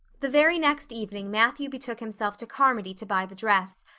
the very next evening matthew betook himself to carmody to buy the dress,